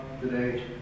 today